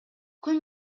күн